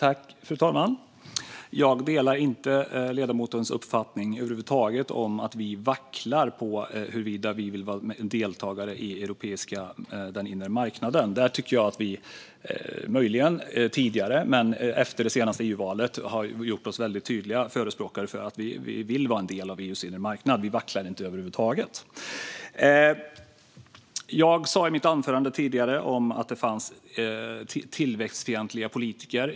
Fru talman! Jag delar över huvud taget inte ledamotens uppfattning om att vi vacklar när det gäller Sveriges deltagande på EU:s inre marknad. Möjligen gjorde vi det tidigare, men efter det senaste EU-valet är vi tydliga förespråkare av att Sverige ska vara en del av den inre marknaden. Vi vacklar inte alls. I mitt huvudanförande sa jag att det finns tillväxtfientliga politiker.